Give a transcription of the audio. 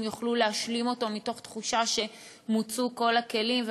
יוכלו להשלים אותו מתוך תחושה שמוצו כל הכלים.